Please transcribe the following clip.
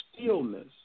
stillness